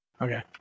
Okay